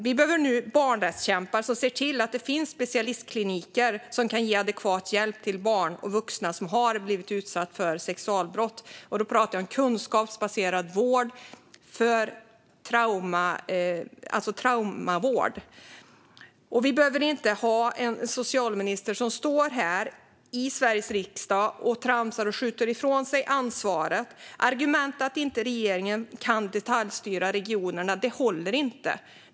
Vi behöver nu barnrättskämpar som ser till att det finns specialistkliniker som kan ge adekvat hjälp till barn och vuxna som har blivit utsatta för sexualbrott, och då pratar jag om kunskapsbaserad traumavård. Vi behöver inte en socialminister som står här i Sveriges riksdag och tramsar och skjuter ifrån sig ansvaret. Argumentet att regeringen inte kan detaljstyra regionerna håller inte.